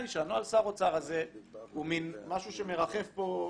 הבעיה היא שנוהל שר האוצר הזה הוא משהו שמרחף פה.